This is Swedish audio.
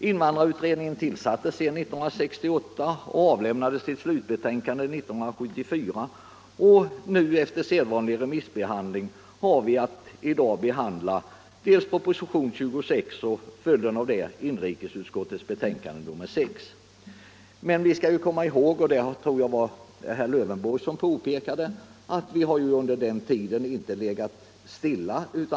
Invandrarutredningen tillsattes 1968 och av Onsdagen den lämnade sitt slutbetänkande 1974. Efter sedvanlig remissbehandling har 14 maj 1975 vi i dag att behandla propositionen 26 och som en följd därav inrikes utskottets betänkande nr 6. Vi skall komma ihåg att allt under den här = Riktlinjer för tiden — jag tror att det var herr Lövenborg som också påpekade det -= invandraroch inte har legat stilla.